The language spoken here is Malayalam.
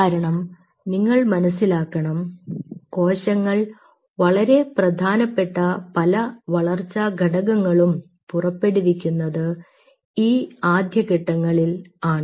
കാരണം നിങ്ങൾ മനസ്സിലാക്കണം കോശങ്ങൾ വളരെ പ്രധാനപ്പെട്ട പല വളർച്ചാ ഘടകങ്ങളും പുറപ്പെടുവിക്കുന്നത് ഈ ആദ്യഘട്ടങ്ങളിൽ ആണ്